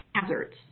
hazards